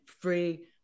free